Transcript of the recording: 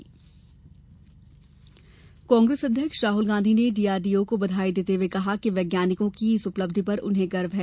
शक्ति प्रतिक्रिया कांग्रेस अध्यक्ष राहुल गांधी ने डीआरडीओ को बधाई देते हुए कहा है कि वैज्ञानिकों की इस उपलब्धि पर उन्हें गर्व है